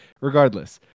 Regardless